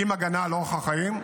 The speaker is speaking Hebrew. עם הגנה על אורח החיים,